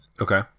okay